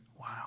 Wow